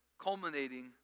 Culminating